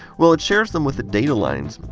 well, it shares them with the data lines.